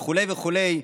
וכו' וכו'.